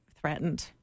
threatened